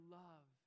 love